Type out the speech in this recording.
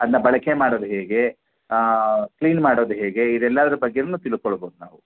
ಅದನ್ನ ಬಳಕೆ ಮಾಡೋದು ಹೇಗೆ ಕ್ಲೀನ್ ಮಾಡೋದು ಹೇಗೆ ಇದ್ರೆಲ್ಲಾದ್ರು ಬಗ್ಗೆನು ತಿಳ್ಕೊಳ್ಬೌದು ನಾವು